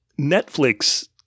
Netflix